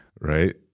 right